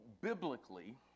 biblically